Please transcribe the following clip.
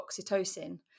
oxytocin